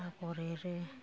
आगर एरो